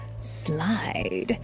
slide